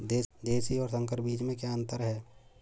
देशी और संकर बीज में क्या अंतर है?